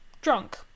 drunk